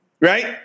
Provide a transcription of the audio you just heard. right